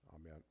Amen